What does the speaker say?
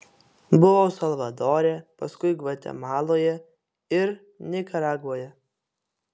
buvau salvadore paskui gvatemaloje ir nikaragvoje